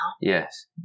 Yes